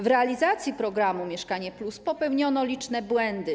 W realizacji programu „Mieszkanie+” popełniono liczne błędy.